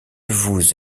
vous